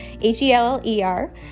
H-E-L-L-E-R